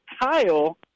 Kyle